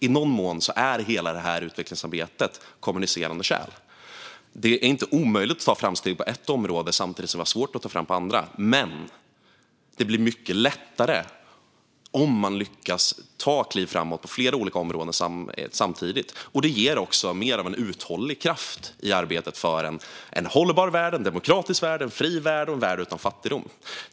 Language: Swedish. I någon mån är hela utvecklingsarbetet kommunicerande kärl. Det är inte omöjligt att nå framsteg på ett område samtidigt som det är svårt att ta sig fram på andra, men det blir mycket lättare om man lyckas ta kliv framåt på flera olika områden samtidigt. Det ger också en större uthållig kraft i arbetet för en hållbar, demokratisk och fri värld och en värld utan fattigdom.